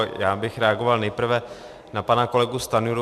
Já bych reagoval nejprve na pana kolegu Stanjuru.